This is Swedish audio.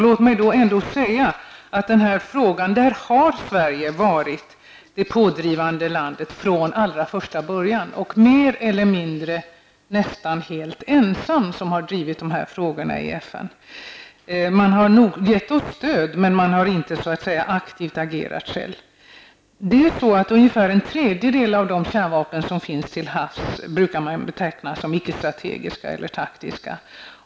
Låt mig säga att i den här frågan har Sverige varit det pådrivande landet från allra första början och mer eller mindre nästan helt ensam drivit de här frågorna i FN. Man har gett oss stöd men man har inte aktivt agerat själv. Ungefär en tredjedel av de kärnvapen som finns till havs brukar man beteckna som icke-strategiska eller taktiska.